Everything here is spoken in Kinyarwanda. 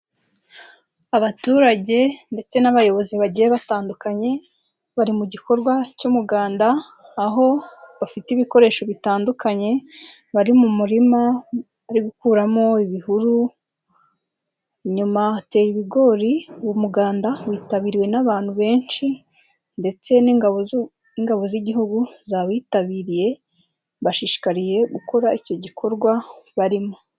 Abaturage ndetse n'abayobozi bagiye batandukanye, bari mu gikorwa cy'umuganda, aho bafite ibikoresho bitandukanye, bari mu murima, bari gukuramo ibihuru, inyuma hateye ibigori, uwo muganda witabiriwe n'abantu benshi ndetse n'ingabo z'ingabo z'igihugu zawitabiriye, bashishikariye gukora icyo gikorwa barimo.